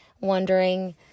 wondering